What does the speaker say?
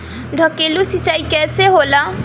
ढकेलु सिंचाई कैसे होला?